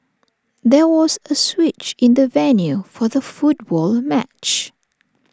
there was A switch in the venue for the football match